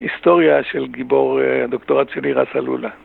היסטוריה של גיבור הדוקטורט שלי רס עלולה